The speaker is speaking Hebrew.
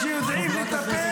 תגיד לי, אתה לא מתבייש?